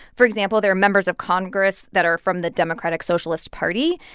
for example, there are members of congress that are from the democratic socialist party,